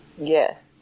yes